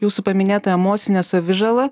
jūsų paminėta emocinė savižala